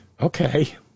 Okay